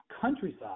countryside